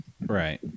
right